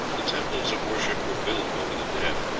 the temples of worship were built over the dead,